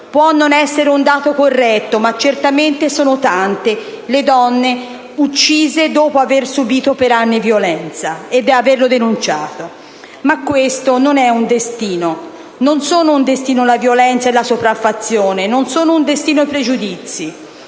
Può essere un dato non corretto, ma certamente sono tante le donne uccise dopo aver subìto per anni violenza ed averlo denunciato. Questo, però, non è un destino; non sono un destino la violenza e la sopraffazione; non sono un destino i pregiudizi.